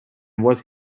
was